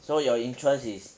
so your interest is